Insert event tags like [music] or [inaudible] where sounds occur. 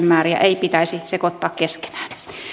[unintelligible] määriä ei pitäisi sekoittaa keskenään